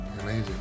amazing